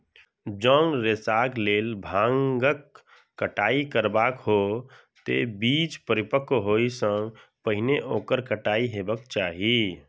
जौं रेशाक लेल भांगक कटाइ करबाक हो, ते बीज परिपक्व होइ सं पहिने ओकर कटाइ हेबाक चाही